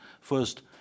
First